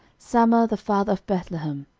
salma the father of bethlehem,